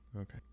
Okay